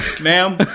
ma'am